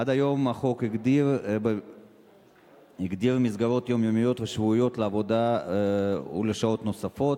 עד היום החוק הגדיר מסגרות יומיומיות ושבועיות לעבודה ולשעות נוספות,